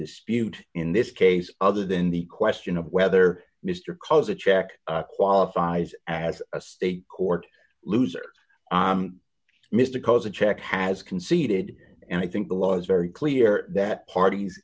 dispute in this case other than the question of whether mr cause a check qualifies as a state court loser missed a cause a check has conceded and i think the law's very clear that parties